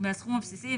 מהסכום הבסיסי,